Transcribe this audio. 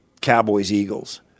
Cowboys-Eagles